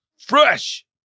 Fresh